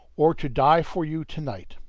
or to die for you to-night!